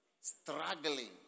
Struggling